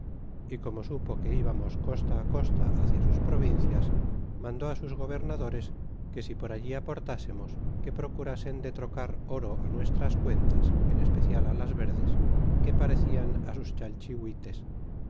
y como supo que ibamos costa costa hcia sus provincias mandó sus gobernadores que si por allí aportasemos que procurasen de trocar oro nuestras cuentas en especial las verdes que parecian sus chalchihuites